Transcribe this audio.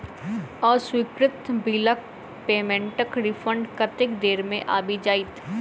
अस्वीकृत बिलक पेमेन्टक रिफन्ड कतेक देर मे आबि जाइत?